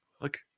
Look